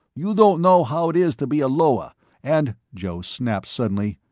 you don't know how it is to be a lower and joe snapped suddenly,